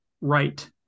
right